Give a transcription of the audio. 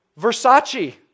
Versace